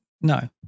no